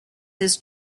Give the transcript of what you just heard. his